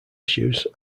issues